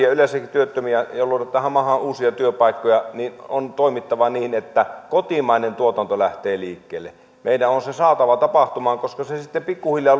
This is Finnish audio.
ja yleensäkin työttömiä töihin ja luoda tähän maahan uusia työpaikkoja on toimittava niin että kotimainen tuotanto lähtee liikkeelle meidän on se saatava tapahtumaan koska se se sitten pikkuhiljaa